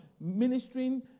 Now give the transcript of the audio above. ministering